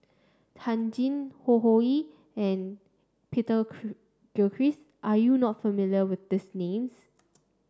Lee Tjin Ho Ho Ying and Peter Gilchrist are you not familiar with these names